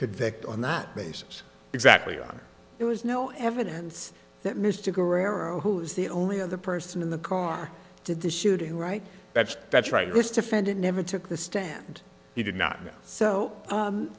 convict on that basis exactly there was no evidence that mr guerrero who is the only other person in the car did the shooting right that's that's right was defended never took the stand he did not